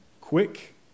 quick